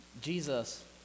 Jesus